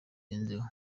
birenzeho